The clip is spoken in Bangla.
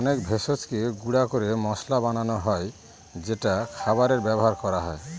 অনেক ভেষজকে গুঁড়া করে মসলা বানানো হয় যেটা খাবারে ব্যবহার করা হয়